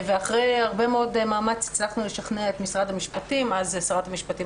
ואחרי הרבה מאוד מאמץ הצלחנו לשכנע את משרד המשפטים אז שרת המשפטים